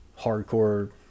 hardcore